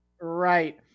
Right